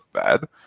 Fed